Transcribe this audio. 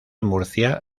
murcia